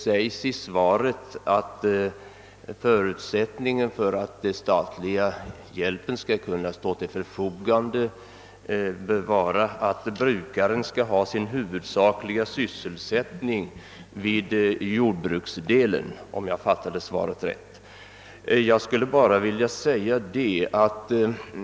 Statsrådet säger att förutsättningen för att den statliga hjälpen skall kunna stå till förfogande bör vara att brukaren har sin huvudsakliga sysselsättning vid jordbruksdelen, om jag fattade svaret rätt.